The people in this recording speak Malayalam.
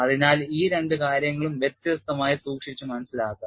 അതിനാൽ ഈ രണ്ട് കാര്യങ്ങളും വ്യത്യസ്തമായി സൂക്ഷിച്ച് മനസ്സിലാക്കുക